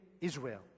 Israel